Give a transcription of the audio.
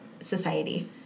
society